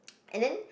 and then